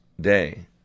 day